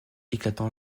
éclatant